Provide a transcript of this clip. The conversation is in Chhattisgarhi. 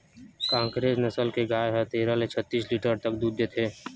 कांकरेज नसल के गाय ह तेरह ले छत्तीस लीटर तक दूद देथे